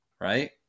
right